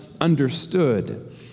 understood